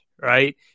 right